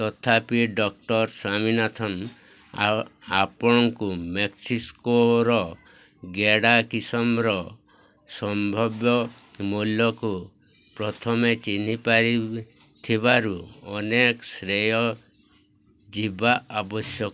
ତଥାପି ଡକ୍ଟର୍ ସ୍ୱାମୀନାଥନ୍ ଆପଣଙ୍କୁ ମେକ୍ସିକୋର ଗେଡ଼ା କିସମର ସମ୍ଭାବ୍ୟ ମୂଲ୍ୟକୁ ପ୍ରଥମେ ଚିହ୍ନିପାରିଥିବାରୁ ଅନେକ ଶ୍ରେୟ ଯିବା ଆବଶ୍ୟକ